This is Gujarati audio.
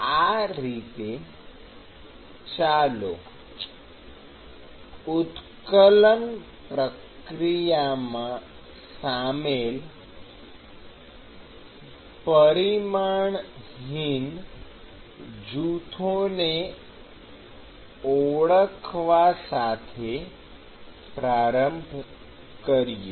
આ રીતે ચાલો ઉત્કલન પ્રક્રિયામાં સામેલ પરિમાણહીન જૂથોને ઓળખવા સાથે પ્રારંભ કરીએ